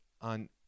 on